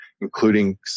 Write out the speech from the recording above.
including